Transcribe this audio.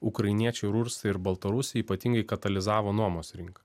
ukrainiečiai rusai ir baltarusiai ypatingai katalizavo nuomos rinką